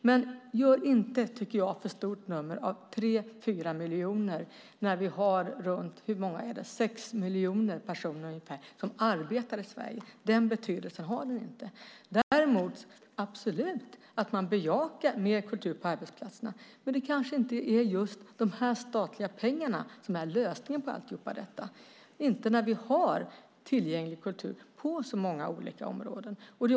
Men gör inte, tycker jag, för stort nummer av 3-4 miljoner när vi har runt 6 miljoner personer som arbetar i Sverige. Den betydelsen har det inte. Däremot ska vi absolut bejaka mer kultur på arbetsplatserna. Men det kanske inte är just de här statliga pengarna som är lösningen på allt detta när vi har tillgänglig kultur på så många områden.